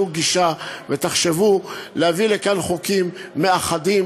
גישה ותחשבו להביא לכאן חוקים מאחדים,